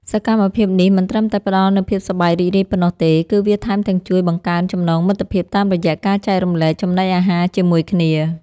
សកម្មភាពនេះមិនត្រឹមតែផ្ដល់នូវភាពសប្បាយរីករាយប៉ុណ្ណោះទេ គឺវាថែមទាំងជួយបង្កើនចំណងមិត្តភាពតាមរយៈការចែករំលែកចំណីអាហារជាមួយគ្នា។